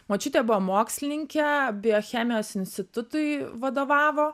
močiutė buvo mokslininkė biochemijos institutui vadovavo